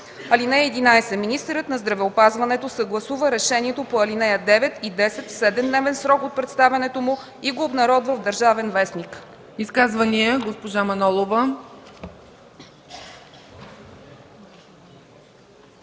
НЗОК. (11) Министърът на здравеопазването съгласува решението по ал. 9 и 10 в 7-дневен срок от представянето му и го обнародва в „Държавен вестник”.”